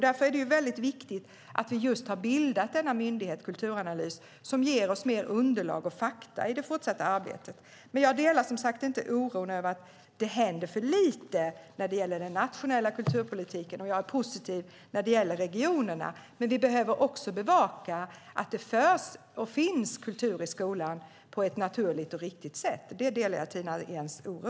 Därför är det viktigt att vi just har bildat denna myndighet, Kulturanalys, som ger oss mer underlag och fakta i det fortsatta arbetet. Jag delar som sagt inte oron över att det händer för lite när det gäller den nationella kulturpolitiken, och jag är positiv när det gäller regionerna. Men vi behöver också bevaka att det finns kultur i skolan på ett naturligt och riktigt sätt. Där delar jag Tina Ehns oro.